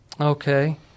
Okay